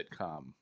sitcom